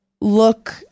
look